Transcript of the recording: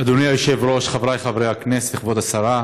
אדוני היושב-ראש, חבריי חברי הכנסת, כבוד השרה,